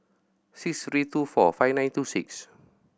six three two four five nine two six